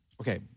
Okay